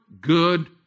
good